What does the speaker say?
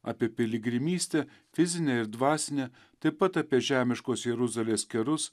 apie piligrimystę fizinę ir dvasinę taip pat apie žemiškos jeruzalės kerus